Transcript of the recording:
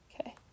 Okay